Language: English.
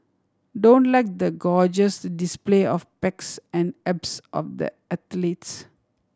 don't like the gorgeous display of pecs and abs of the athletes